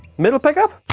middle pick ah